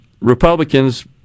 Republicans